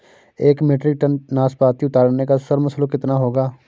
एक metric ton नाशपाती उतारने का श्रम शुल्क कितना होगा?